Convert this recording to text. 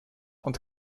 und